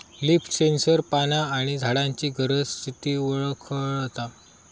leaf sensor पाना आणि झाडांची गरज, स्थिती वळखता